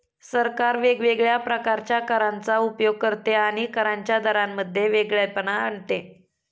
सरकार वेगवेगळ्या प्रकारच्या करांचा उपयोग करते आणि करांच्या दरांमध्ये वेगळेपणा आणते